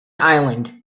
island